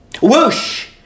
Whoosh